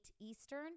Eastern